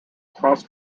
cross